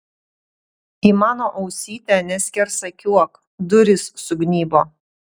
į mano ausytę neskersakiuok durys sugnybo